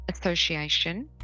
Association